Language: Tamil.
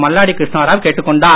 மல்லாடி கிருஷ்ணாராவ் கேட்டுக் கொண்டார்